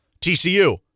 TCU